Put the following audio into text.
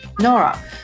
Nora